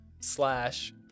Slash